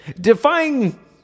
Defying